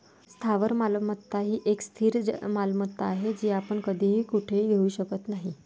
स्थावर मालमत्ता ही एक स्थिर मालमत्ता आहे, जी आपण कधीही कुठेही घेऊ शकत नाही